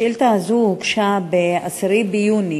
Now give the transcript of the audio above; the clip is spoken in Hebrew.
השאילתה הזאת הוגשה ב-10 ביוני,